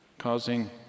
causing